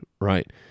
right